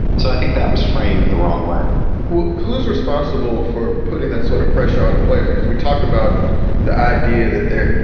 so i think that was framed the wrong way who's responsible for putting that sort of pressure on the players? because we talked about the idea that, you